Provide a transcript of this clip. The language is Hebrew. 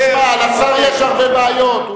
תשמע, לשר יש הרבה בעיות.